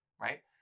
right